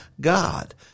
God